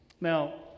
Now